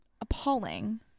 appalling